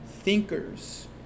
thinkers